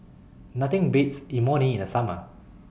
Nothing Beats having Imoni in The Summer